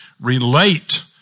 relate